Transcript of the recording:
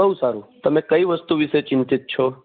બઉ સારું તમે કઈ વસ્તુ વિશે ચિંતિત છો